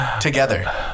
together